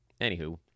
Anywho